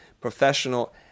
Professional